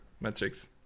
metrics